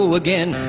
again